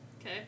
Okay